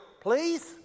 please